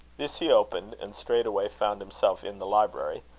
this he opened, and straightway found himself in the library,